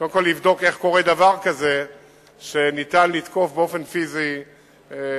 קודם כול לבדוק איך קורה דבר כזה שאפשר לתקוף באופן פיזי שופטים,